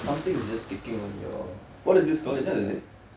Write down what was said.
something is just sticking on your what is this called என்னது இது:ennathu ithu